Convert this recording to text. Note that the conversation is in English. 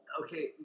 Okay